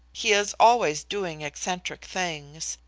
he is always doing eccentric things.